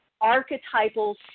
archetypal